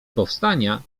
powstania